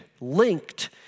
linked